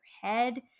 head